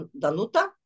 Danuta